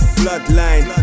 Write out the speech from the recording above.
bloodline